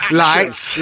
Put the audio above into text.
lights